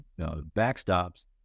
backstops